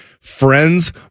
friends